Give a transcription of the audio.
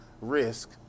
risk